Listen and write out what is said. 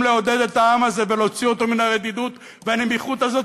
לעודד את העם הזה ולהוציא אותו מן הרדידות והנמיכות הזאת,